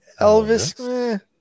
Elvis